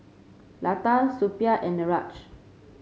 Lata Suppiah and Niraj